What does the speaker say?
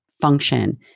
function